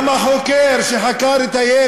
תעזוב את, גם החוקר שחקר את הילד,